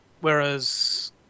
Whereas